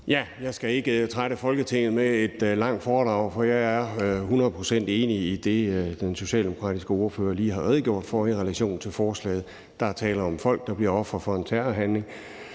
Jeg skal ikke trætte Folketinget med et langt foredrag, for jeg er hundrede procent enig i det, den socialdemokratiske ordfører lige har redegjort for i relation til forslaget. Der er tale om folk, der bliver ofre for en terrorhandling,